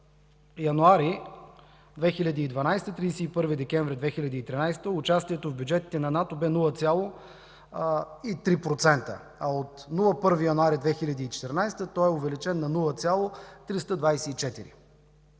За периода януари 2012 – 31 декември 2013 г. участието в бюджетите на НАТО бе 0,3%, а от 1 януари 2014 г. той е увеличен на 0,324%.